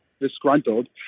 disgruntled